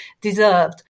deserved